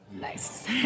Nice